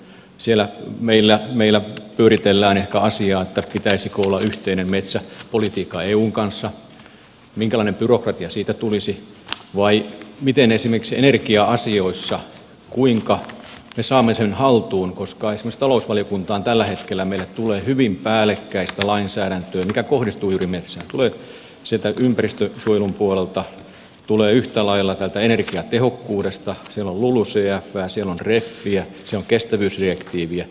siellä meillä pyöritellään ehkä asiaa että pitäisikö olla yhteinen metsäpolitiikka eun kanssa minkälainen byrokratia siitä tulisi vai miten on esimerkiksi energia asioissa kuinka me saamme ne haltuun koska esimerkiksi talousvaliokuntaan tällä hetkellä meille tulee hyvin päällekkäistä lainsäädäntöä mikä kohdistuu juuri metsään tulee sieltä ympäristönsuojelun puolelta tulee yhtä lailla täältä energiatehokkuudesta siellä on lulucfää siellä on resiä siellä on kestävyysdirektiiviä